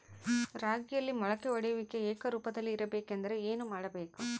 ರಾಗಿಯಲ್ಲಿ ಮೊಳಕೆ ಒಡೆಯುವಿಕೆ ಏಕರೂಪದಲ್ಲಿ ಇರಬೇಕೆಂದರೆ ಏನು ಮಾಡಬೇಕು?